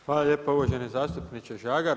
Hvala lijepa uvaženi zastupniče Žagar.